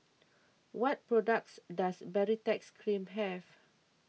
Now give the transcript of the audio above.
what products does Baritex Cream have